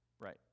right